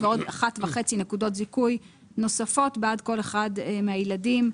ועוד 1.5 נקודות זיכוי נוספות בעד כל אחד מהילדים,